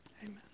Amen